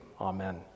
Amen